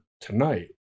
tonight